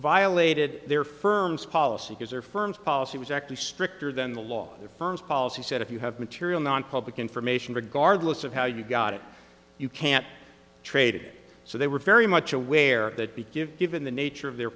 violated their firm's policy because their firm's policy was actually stricter than the law firm's policy said if you have material nonpublic information regardless of how you got it you can't trade so they were very much aware that begin given the nature of their